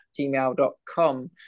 gmail.com